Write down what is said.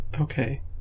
Okay